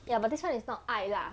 ya but this [one] is not 爱 ah